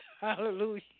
Hallelujah